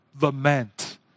lament